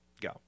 Go